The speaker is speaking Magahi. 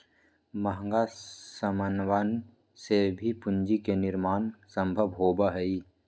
महंगा समनवन से भी पूंजी के निर्माण सम्भव होबा हई